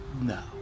no